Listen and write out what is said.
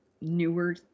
newer